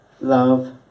love